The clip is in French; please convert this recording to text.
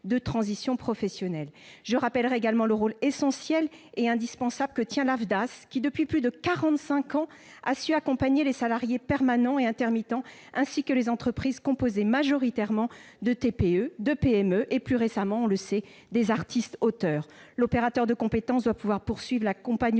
de transition professionnelle. Je rappelle aussi le rôle essentiel et indispensable que joue l'AFDAS qui, depuis plus de quarante-cinq ans, a su accompagner les salariés permanents et intermittents, ainsi que les entreprises composées majoritairement de TPE, de PME et, plus récemment, d'artistes-auteurs. L'opérateur de compétences doit être en mesure de poursuivre l'accompagnement